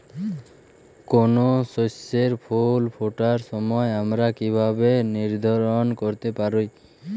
কোনো শস্যের ফুল ফোটার সময় আমরা কীভাবে নির্ধারন করতে পারি?